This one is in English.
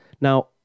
Now